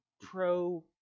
pro